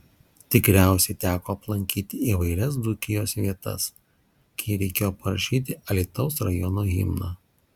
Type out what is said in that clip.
tikriausiai teko aplankyti įvairias dzūkijos vietas kai reikėjo parašyti alytaus rajono himną